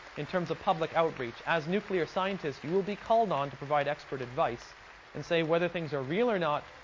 in terms of public outreach. as nuclear scientists you will be called on to provide expert advice and say whether things are real or not,